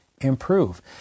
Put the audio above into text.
improve